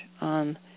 on